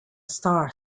star